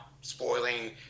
spoiling